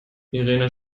irene